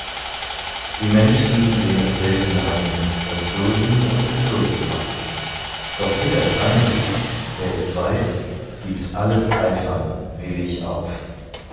die menschen sehn es selten ein daß dulden uns geduldig macht doch wer es einsieht wer es weiß gibt alles eifern willig auf